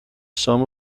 sum